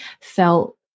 felt